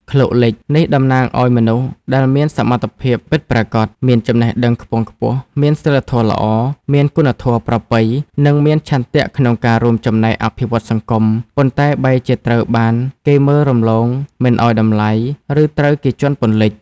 ឃ្លោកលិច នេះតំណាងឲ្យមនុស្សដែលមានសមត្ថភាពពិតប្រាកដ មានចំណេះដឹងខ្ពង់ខ្ពស់ មានសីលធម៌ល្អ មានគុណធម៌ប្រពៃ និងមានឆន្ទៈក្នុងការរួមចំណែកអភិវឌ្ឍសង្គម ប៉ុន្តែបែរជាត្រូវបានគេមើលរំលង មិនឲ្យតម្លៃ ឬត្រូវគេជាន់ពន្លិច។